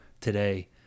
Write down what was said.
today